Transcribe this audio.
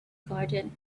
garden